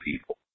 people